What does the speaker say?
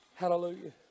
Hallelujah